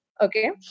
Okay